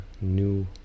new